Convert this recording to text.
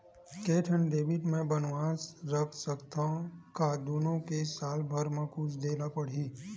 के ठन डेबिट मैं बनवा रख सकथव? का दुनो के साल भर मा कुछ दे ला पड़ही?